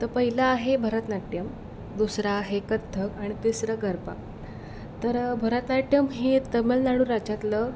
तर पहिलं आहे भरतनाट्यम दुसरं आहे कथ्थक आणि तिसरं गरबा तर भरतनाट्यम हे तमिलनाडू राज्यातलं